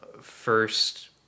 first